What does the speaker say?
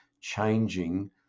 changing